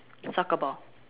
soccer ball